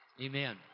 amen